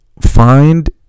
Find